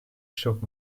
shook